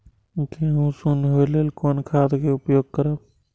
गेहूँ सुन होय लेल कोन खाद के उपयोग करब?